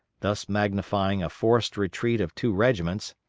thus magnifying a forced retreat of two regiments,